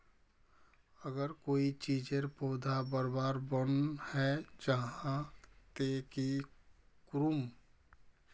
अगर कोई चीजेर पौधा बढ़वार बन है जहा ते की करूम?